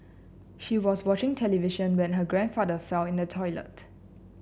she was watching television when her grandfather fell in the toilet